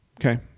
Okay